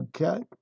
okay